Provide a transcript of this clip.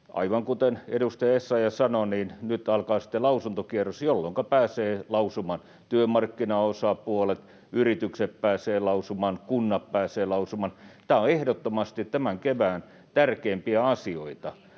aivan kuten edustaja Essayah sanoi, nyt alkaa sitten lausuntokierros, jolloinka pääsevät lausumaan työmarkkinaosapuolet, yritykset, kunnat. Tämä on ehdottomasti tämän kevään tärkeimpiä asioita,